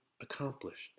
accomplished